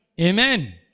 Amen